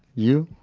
you.